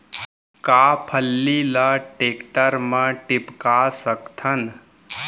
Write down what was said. का फल्ली ल टेकटर म टिपका सकथन?